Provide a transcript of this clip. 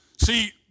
See